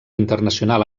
internacional